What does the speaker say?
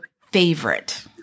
favorite